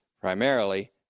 primarily